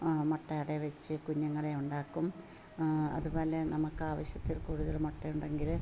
മുട്ട അട വച്ച് കുഞ്ഞുങ്ങളെ ഉണ്ടാക്കും അതു പോലെ നമുക്ക് ആവശ്യത്തിൽ കൂടുതൽ മുട്ട ഉണ്ടെങ്കിൽ